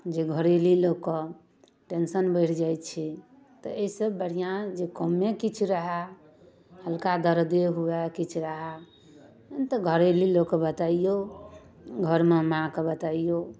जे घरेली लोककेँ टेंशन बढ़ि जाइ छै तऽ एहिसँ बढ़िआँ जे कमे किछु रहए हल्का दर्दे हुए किछु रहए तऽ घरेली लोककेँ बतैयौ घरमे माँकेँ बतैयौ